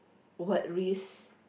what risk